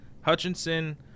Hutchinson